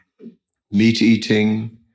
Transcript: Meat-eating